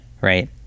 right